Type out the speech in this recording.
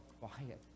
quiet